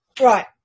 Right